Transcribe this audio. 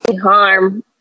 Harm